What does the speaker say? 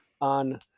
on